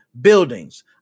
buildings